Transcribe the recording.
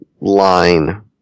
line